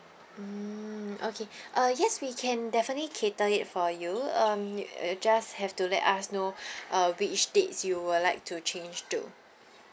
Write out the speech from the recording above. mm okay uh yes we can definitely cater it for you um just have to let us know uh which dates you would like to change to